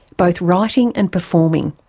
both writing and performing.